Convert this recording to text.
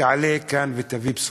תעלה כאן ותביא בשורה.